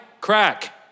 Crack